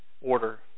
order